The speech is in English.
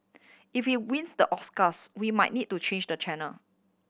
if he wins the Oscars we might need to change the channel